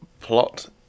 plot